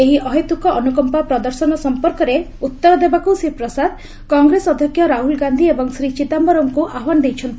ଏହି ଅହେତୁକ ଅନୁକମ୍ପା ପ୍ରଦର୍ଶନ ସମ୍ପର୍କରେ ଉତ୍ତର ଦେବାକୁ ଶ୍ରୀ ପ୍ରସାଦ କଂଗ୍ରେସ ଅଧ୍ୟକ୍ଷ ରାହୁଲ ଗାନ୍ଧି ଏବଂ ଶ୍ରୀ ଚିଦାୟରମ୍ଙ୍କୁ ଆହ୍ୱାନ ଦେଇଛନ୍ତି